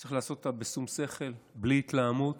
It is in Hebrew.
צריך לעשות אותה בשום שכל, בלי התלהמות,